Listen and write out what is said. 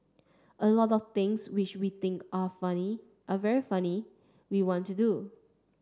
a lot of things which we think are funny are very funny we want to do